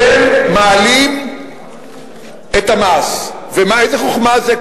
אתם מעלים את המס, ומה, איזה חוכמה זאת?